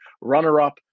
runner-up